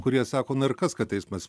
kurie sako na ir kas kad teismas